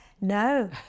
no